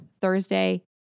Thursday